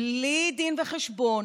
בלי דין וחשבון,